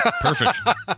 Perfect